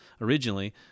originally